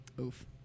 Oof